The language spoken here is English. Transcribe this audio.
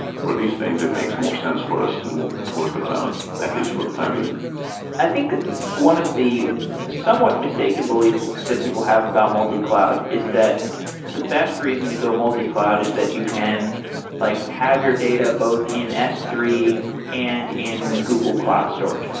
for these things, it makes more sense for us to move towards the cloud, at least for the time being i think one of the somewhat mistake and beliefs that people have about multi cloud is that the best reason to go multi-cloud is that you can like have your data both in s three and in google cloud storage.